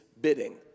bidding